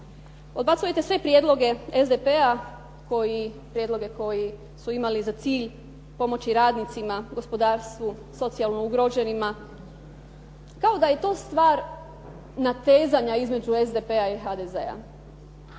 Odbacujete sve prijedloge SDP-a koji su imali za cilj pomoći radnicima, gospodarstvu, socijalno ugroženima kao da je to stvar natezanja između SDP-a i HDZ-a,